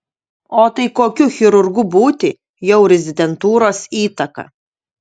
o tai kokiu chirurgu būti jau rezidentūros įtaka